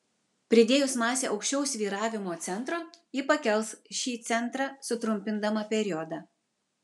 pridėjus masę aukščiau svyravimo centro ji pakels šį centrą sutrumpindama periodą